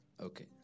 Okay